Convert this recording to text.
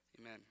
amen